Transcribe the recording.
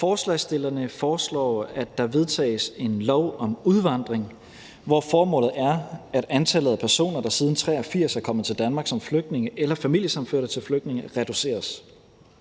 Forslagsstillerne foreslår, at der vedtages en lov om udvandring, hvor formålet er, at antallet af personer, der siden 1983 er kommet til Danmark som flygtninge eller familiesammenførte til flygtninge, reduceres.